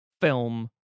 Film